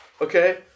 okay